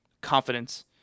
confidence